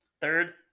Third